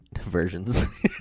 versions